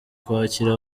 kwakira